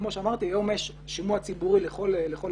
כמו שאמרתי, היום יש שימוע ציבורי לכל ההחלטות